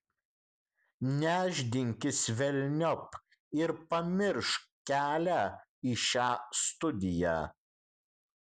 nešdinkis velniop ir pamiršk kelią į šią studiją